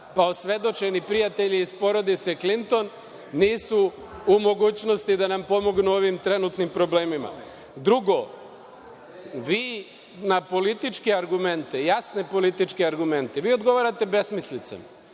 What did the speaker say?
pa, osvedočeni prijatelji iz porodice Klinton, nisu u mogućnosti da nam pomognu u ovim trenutnim problemima. Drugo, vi na političke argumente, jasne političke argumente vi odgovarate besmislicama,